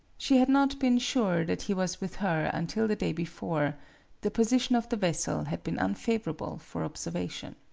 she had not been sure that he was with her until the day before the position of the vessel had been unfavorable for observation.